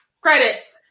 Credits